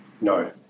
No